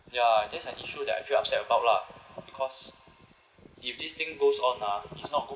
ya that's an issue that I feel upset about lah because if this thing goes on ah it's not good